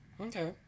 okay